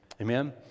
Amen